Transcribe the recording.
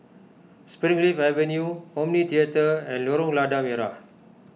Springleaf Avenue Omni theatre and Lorong Lada Merah